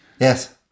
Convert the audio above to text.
Yes